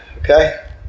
okay